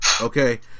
Okay